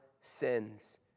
sins